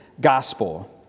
gospel